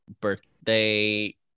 birthday